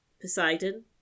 Poseidon